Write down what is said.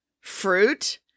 Fruit